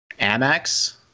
Amex